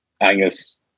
Angus